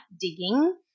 digging